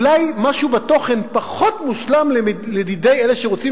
אולי למשהו בתוכן פחות מושלם לדידי אלה שרוצים